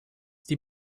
die